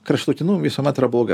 kraštutinumai visuomet yra blogai